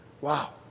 Wow